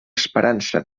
esperança